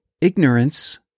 Ignorance